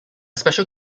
special